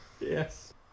yes